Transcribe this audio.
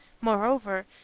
Moreover